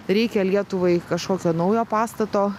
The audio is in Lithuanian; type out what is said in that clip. reikia lietuvai kažkokio naujo pastato